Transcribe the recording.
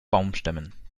baumstämmen